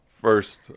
First